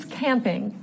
camping